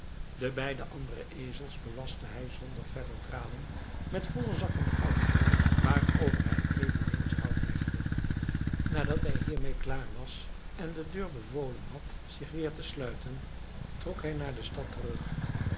de beide andere ezels belastte hij zonder verder dralen met volle zakken goud waarover hij eveneens hout legde nadat hij hiermee klaar was en de deur bevolen had zich weer te sluiten trok hij naar de stad terug